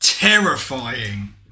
Terrifying